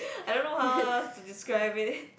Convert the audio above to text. I don't know how else to describe it